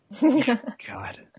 God